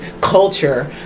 culture